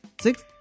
six